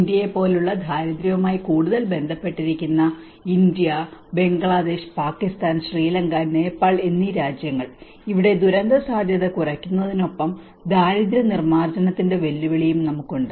ഇന്ത്യയെപ്പോലുള്ള ദാരിദ്ര്യവുമായി കൂടുതൽ ബന്ധപ്പെട്ടിരിക്കുന്ന ഇന്ത്യ ബംഗ്ലാദേശ് പാകിസ്ഥാൻ ശ്രീലങ്ക നേപ്പാൾ എന്നീ രാജ്യങ്ങൾ ഇവിടെ ദുരന്തസാധ്യത കുറയ്ക്കുന്നതിനൊപ്പം ദാരിദ്ര്യനിർമാർജനത്തിന്റെ വെല്ലുവിളിയും നമുക്കുണ്ട്